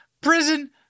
prison